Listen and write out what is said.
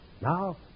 Now